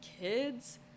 kids